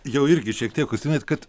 jau irgi šiek tiek užsiminėt kad